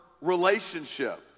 relationship